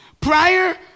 prior